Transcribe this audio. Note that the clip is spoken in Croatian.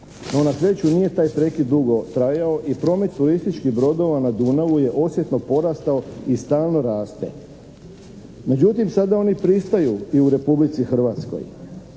No, na sreću nije taj prekid dugo trajao i promet turističkih brodova na Dunavu je osjetno porastao i stalno raste. Međutim, sada oni pristaju i u Republici Hrvatskoj.